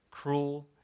cruel